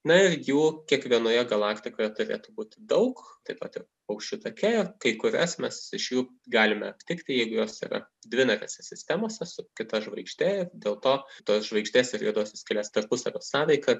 na ir jų kiekvienoje galaktikoje turėtų būti daug taip pat ir paukščių take kai kurias mes iš jų galime aptikti jeigu jos yra dvinarėse sistemose su kita žvaigžde ir dėl to tos žvaigždės ir juodosios skylės tarpusavio sąveika